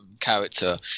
character